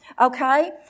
Okay